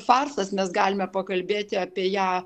farsas mes galime pakalbėti apie ją